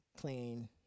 clean